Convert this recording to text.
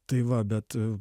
tai va bet